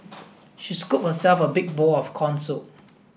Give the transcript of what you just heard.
she scooped herself a big bowl of corn soup